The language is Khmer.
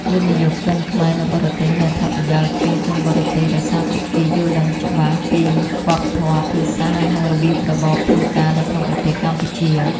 វិនិយោគិនខ្មែរនៅបរទេសមានអត្ថប្រយោជន៍ជាងជនបរទេស ដោយសារពួកគេយល់ដឹងច្បាស់អំពីវប្បធម៌ ភាសា និងរបៀបរបបធ្វើការនៅក្នុងប្រទេសកម្ពុជា។